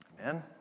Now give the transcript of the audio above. Amen